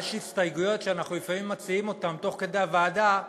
יש הסתייגויות שאנחנו לפעמים מציעים אותן תוך כדי הדיון בוועדה,